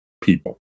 people